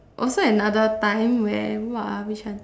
also another time where what ah which one